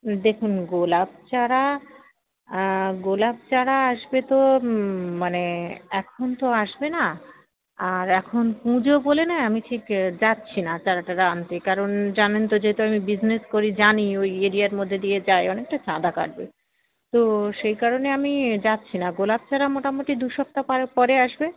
দেখুন গোলাপ চারা গোলাপ চারা আসবে তো মানে এখন তো আসবে না আর এখন পুজো বলে না আমি ঠিক যাচ্ছি না চারা টারা আনতে কারণ জানেন তো যেহেতু আমি বিসনেস করি জানি ওই এরিয়ার মধ্যে দিয়ে যাই অনেকটা চাঁদা কাটবে তো সেই কারণে আমি যাচ্ছি না গোলাপ চারা মোটামোটি দু সপ্তাহ পারে পরে আসবে